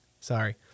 Sorry